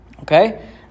Okay